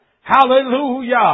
Hallelujah